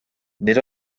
nid